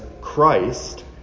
Christ